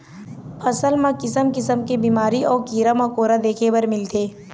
फसल म किसम किसम के बिमारी अउ कीरा मकोरा देखे बर मिलथे